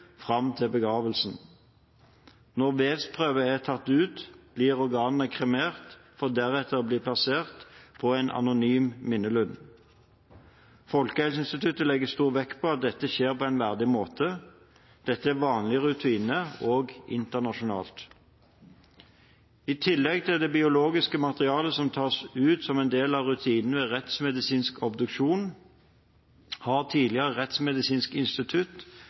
fram til begravelsen. Når vevsprøvene er tatt ut, blir organene kremert, for deretter å bli plassert på en anonym minnelund. Folkehelseinstituttet legger stor vekt på at dette skjer på en verdig måte. Dette er vanlig rutine, også internasjonalt. I tillegg til det biologiske materialet som tas ut som en del av rutinen ved rettsmedisinsk obduksjon, har tidligere Rettsmedisinsk institutt,